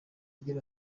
agira